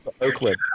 Oakland